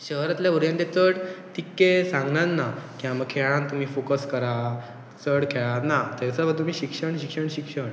शहरांतल्या उरयन ते चड तितके सांगनात ना की आमकां खेळान तुमी फॉकस करा चड खेळ ना थंयसर तुमी शिक्षण शिक्षण शिक्षण